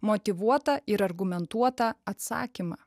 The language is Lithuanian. motyvuotą ir argumentuotą atsakymą